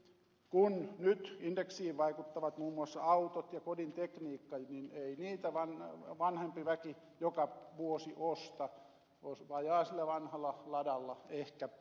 kun nyt indeksiin vaikuttavat muun muassa autot ja kodin tekniikka niin ei niitä vanhempi väki joka vuosi osta vaan ajaa sillä vanhalla ladalla ehkä